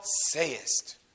sayest